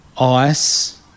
ice